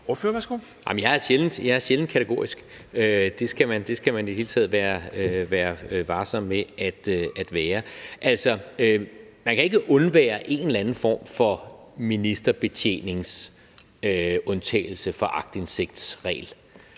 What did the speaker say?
Jeg er sjældent kategorisk. Det skal man i det hele taget være varsom med at være. Man kan ikke undvære en eller anden form for ministerbetjeningsundtagelse fra en aktindsigtsregel.